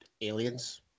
Aliens